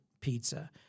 pizza